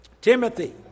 Timothy